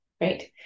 right